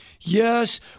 Yes